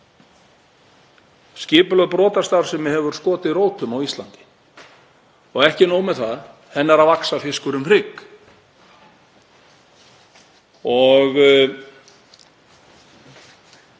Skipulögð brotastarfsemi hefur skotið rótum á Íslandi og ekki nóg með það, henni er að vaxa fiskur um hrygg.